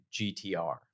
gtr